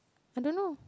I don't know